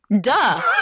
Duh